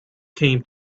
came